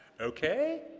Okay